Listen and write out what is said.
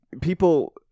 people